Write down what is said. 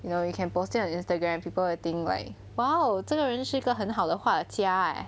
you know you can post it on instagram people will think like !wow! 真的人是一个很好的画家